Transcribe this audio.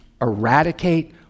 eradicate